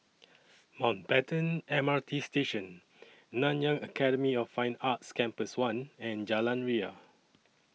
Mountbatten M R T Station Nanyang Academy of Fine Arts Campus one and Jalan Ria